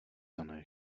dané